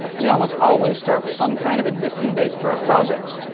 we almost always start with some kind of existing base for our project,